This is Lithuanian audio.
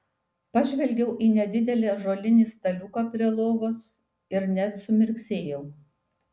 pažvelgiau į nedidelį ąžuolinį staliuką prie lovos ir net sumirksėjau